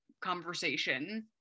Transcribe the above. conversation